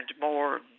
more